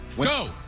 Go